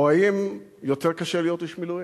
או האם יותר קשה להיות איש מילואים?